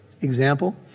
Example